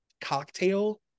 cocktail